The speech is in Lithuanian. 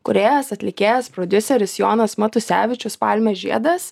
kūrėjas atlikėjas prodiuseris jonas matusevičius palmės žiedas